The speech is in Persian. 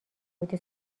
بودی